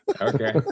Okay